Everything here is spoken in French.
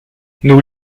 nous